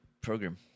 program